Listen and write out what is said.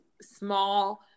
small